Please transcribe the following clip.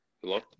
Hello